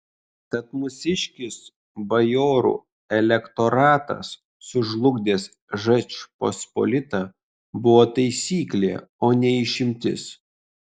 tad mūsiškis bajorų elektoratas sužlugdęs žečpospolitą buvo taisyklė o ne išimtis